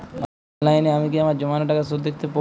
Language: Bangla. অনলাইনে আমি কি আমার জমানো টাকার সুদ দেখতে পবো?